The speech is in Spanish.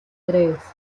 tres